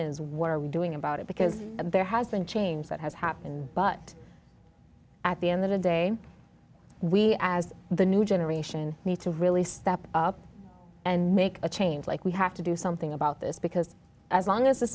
is what are we doing about it because there has been change that has happened but at the end of the day we as the new generation need to really step up and make a change like we have to do something about this because as long as